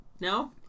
No